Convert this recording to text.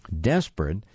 Desperate